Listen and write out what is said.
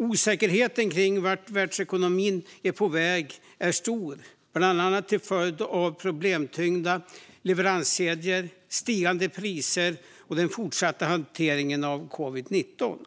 Osäkerheten kring vart världsekonomin är på väg är stor, bland annat till följd av problemtyngda leveranskedjor, stigande priser och den fortsatta hanteringen av covid-19.